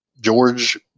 George